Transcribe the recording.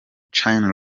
china